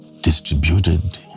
distributed